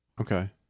Okay